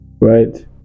right